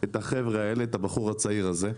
את החבר'ה האלה, את הבחור הצעיר הזה,